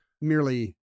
merely